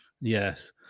yes